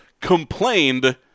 complained